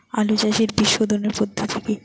আলু চাষের বীজ সোধনের পদ্ধতি কি?